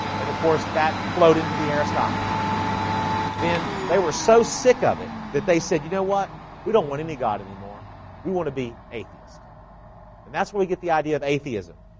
and of course that flowed into the aristocracy then they were so sick of it that they said you know what we don't want any god anymore we want to be atheist and that's where we get the idea of atheism